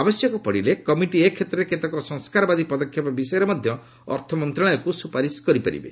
ଆବଶ୍ୟକ ପଡ଼ିଲେ କମିଟି ଏ କ୍ଷେତ୍ରରେ କେତେକ ସଂସ୍କାରବାଦୀ ପଦକ୍ଷେପ ବିଷୟରେ ମଧ୍ୟ ଅର୍ଥମନ୍ତ୍ରଣାଳୟକୁ ସୁପାରିସ କରିପାରିବେ